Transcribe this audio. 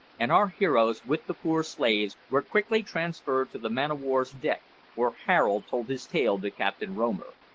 and our heroes, with the poor slaves, were quickly transferred to the man-of-war's deck, where harold told his tale to captain romer.